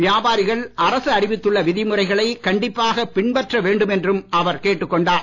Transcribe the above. வியாபாரிகள் அரசு அறிவித்துள்ள விதிமுறைகளை கண்டிப்பாக பின்பற்ற வேண்டும் என்றும் அவர் கேட்டுக் கொண்டார்